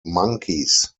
monkeys